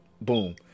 Boom